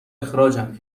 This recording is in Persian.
اخراجم